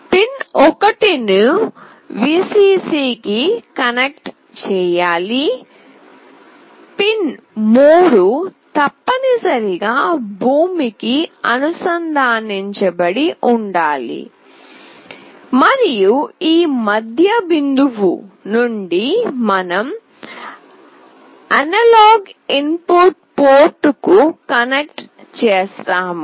pin 1 ను Vcc కి connect చేయాలి పిన్ 3 తప్పనిసరిగా భూమికి అనుసంధానించబడి ఉండాలి మరియు ఈ మధ్య బిందువు నుండి మనం అనలాగ్ ఇన్ పుట్ పోర్టుకు కనెక్ట్ చేస్తాము